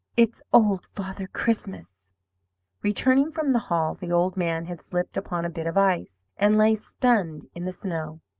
it's old father christmas returning from the hall, the old man had slipped upon a bit of ice, and lay stunned in the snow.